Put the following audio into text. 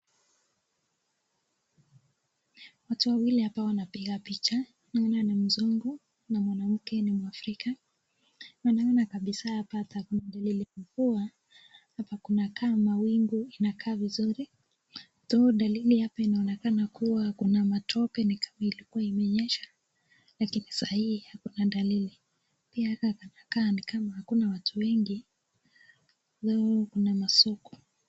Watu wawili hapa wanapiga picha, mwingine ni Mzungu na mwanamke ni Mwafrika. Unaona kabisa hapa hakuna dalili ya mvua, hapa kuna kama mawingu inakaa vizuri. Though dalili hapa inaonekana kuwa kuna matope ni kama ilikuwa imenyesha lakini sahii hakuna dalili. Pia hapa kunakaa ni kama hakuna watu wengi though kuna masoko.